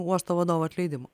uosto vadovo atleidimo